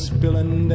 Spilling